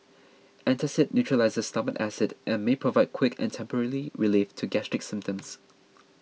antacid neutralises stomach acid and may provide quick and temporary relief to gastric symptoms